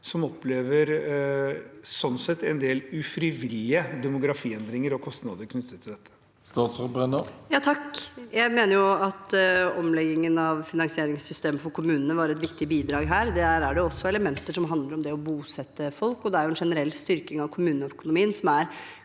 sett opplever en del ufrivillige demografiendringer og kostnader knyttet til dette? Statsråd Tonje Brenna Jeg mener at om- leggingen av finansieringssystemet for kommunene var et viktig bidrag her. Der er det også elementer som handler om det å bosette folk. Det er en generell styrking av kommuneøkonomien som er